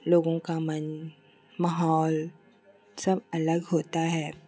लोगों का मन माहौल सब अलग होता है